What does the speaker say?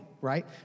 right